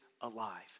alive